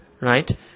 right